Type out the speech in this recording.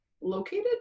located